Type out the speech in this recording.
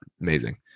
amazing